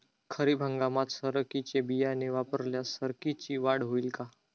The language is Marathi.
खरीप हंगामात सरकीचे बियाणे वापरल्यास सरकीची वाढ होईल का?